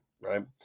right